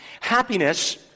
happiness